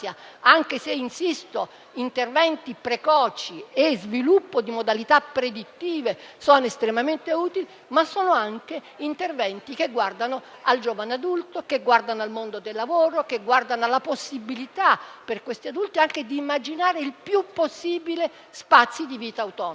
anche se - insisto - interventi precoci e sviluppo di modalità predittive sono estremamente utili, ma sono anche interventi che guardano al giovane adulto, al mondo del lavoro, alla possibilità per questi adulti di immaginare il più possibile spazi di vita autonoma,